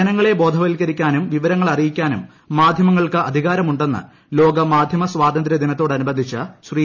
ജനങ്ങളെ ബോധവൽക്കരിക്കാനും വിവരങ്ങളറിയിക്കാനും മാധ്യമ ങ്ങൾക്ക് അധികാരമുണ്ടെന്ന് ലോക മാധ്യമ സ്വാതന്ത്ര്യ ദിനത്തോടനുബന്ധിച്ച് ശ്രീ